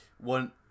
one